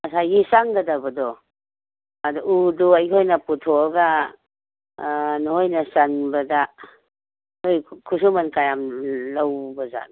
ꯉꯁꯥꯏꯒꯤ ꯆꯪꯒꯗꯕꯗꯣ ꯑꯗ ꯎꯗꯣ ꯑꯩꯈꯣꯏꯅ ꯄꯨꯊꯣꯛꯑꯒ ꯅꯣꯏꯅ ꯆꯟꯕꯗ ꯅꯣꯏ ꯈꯨꯠꯁꯨꯃꯟ ꯀꯌꯥꯝ ꯂꯧꯕꯖꯥꯠꯅꯣ